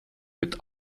mit